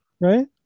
Right